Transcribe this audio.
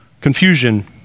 Confusion